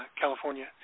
California